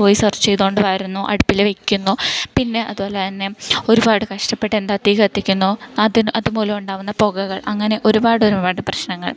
പോയി സെർച്ച് ചെയ്തോണ്ട് വരുന്നു അടുപ്പിൽ വെയ്ക്കുന്നു പിന്നെ അതുപോലെ തന്നെ ഒരുപാട് കഷ്ട്ടപെട്ട് എന്താ തീ കത്തിക്കുന്നു അതിന് അതുമൂലം ഉണ്ടാവുന്ന പുകകൾ അങ്ങനെ ഒരുപാട് ഒരുപാട് പ്രശ്നങ്ങൾ